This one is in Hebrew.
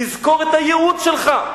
תזכור את הייעוד שלך.